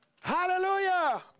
hallelujah